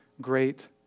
great